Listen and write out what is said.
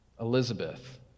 Elizabeth